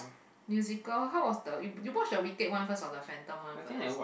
musical how was the you you watch the Wicked one first or the Phantom one first